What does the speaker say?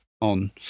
on